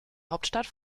hauptstadt